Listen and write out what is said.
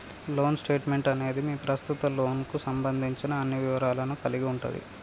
loan statement అనేది మీ ప్రస్తుత లోన్కు సంబంధించిన అన్ని వివరాలను కలిగి ఉంటది